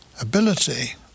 ability